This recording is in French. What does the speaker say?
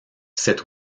cet